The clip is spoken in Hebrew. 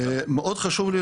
מאוד חשוב לי